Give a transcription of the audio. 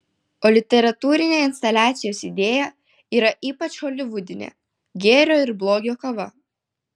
o literatūrinė instaliacijos idėja yra ypač holivudinė gėrio ir blogio kova